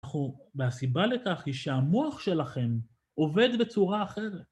והסיבה לכך היא שהמוח שלכם עובד בצורה אחרת.